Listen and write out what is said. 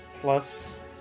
plus